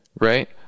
right